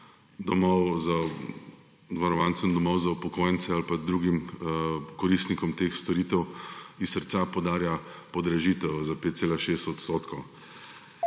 da se varovancem domov za upokojence ali pa drugim koristnikom teh storitev iz srca podarja podražitev za 5,6 odstotka.